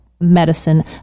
medicine